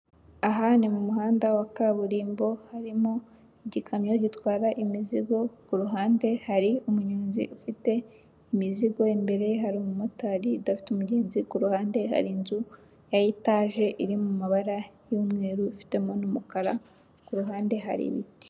Aha ni mu muhanda wa kaburimbo, urimo igikamyo gitwara imizigo, ku ruhande hari umunyonzi ufite imizigo, imbere hari umumotari udafite umugenzi, ku ruhande hari inzu ya etaje iri mu mabara y'umweru ifitemo n'umukara, ku ruhande hari ibiti.